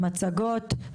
האם קבעתם זמן